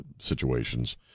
situations